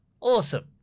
Awesome